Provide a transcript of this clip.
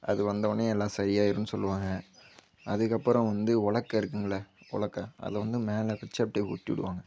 அது வந்தோடனே எல்லாம் சரி ஆயிடும்ன்னு சொல்லுவாங்க அதுக்கப்புறம் வந்து உலக்கு இருக்குங்கல உலக்கு அதை வந்து மேலே வச்சு அப்படே உருட்டி விடுவாங்க